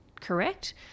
correct